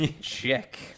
Check